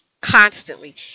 Constantly